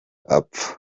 apfa